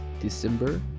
December